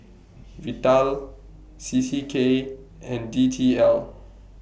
Vital C C K and D T L